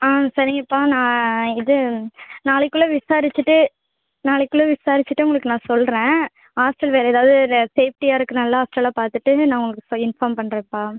சரிங்கப்பா நான் இது நாளைக்குள்ள விசாரிச்சுட்டு நாளைக்குள்ளே விசாரிச்சுட்டு உங்களுக்கு நான் சொல்கிறேன் ஹாஸ்டல் வேறு ஏதாவது சே சேஃப்டியாக இருக்க நல்ல ஹாஸ்டலாக பார்த்துட்டு நான் உங்களுக்கு இன்ஃபார்ம் பண்ணுறேப்பா